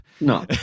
No